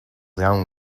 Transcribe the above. own